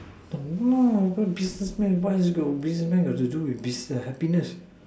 no businessman what have businessman have to do with happiness